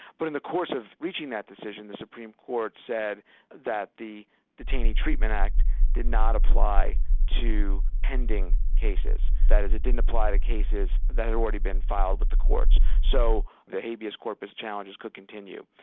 but in the course of reaching that decision, the supreme court said that the detainee treatment act did not apply to pending cases, that is, it didn't apply to cases that had already been filed with the courts. so the habeas corpus challenges could continue.